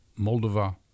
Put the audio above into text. Moldova